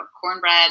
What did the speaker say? cornbread